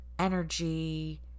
energy